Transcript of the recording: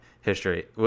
history